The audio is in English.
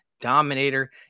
dominator